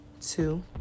two